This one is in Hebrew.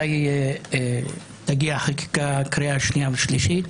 מתי תגיע החקיקה לקריאה שנייה ושלישית.